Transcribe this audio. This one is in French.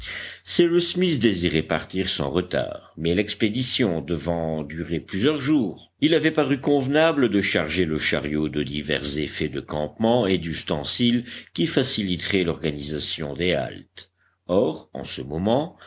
cyrus smith désirait partir sans retard mais l'expédition devant durer plusieurs jours il avait paru convenable de charger le chariot de divers effets de campement et d'ustensiles qui faciliteraient l'organisation des haltes or en ce moment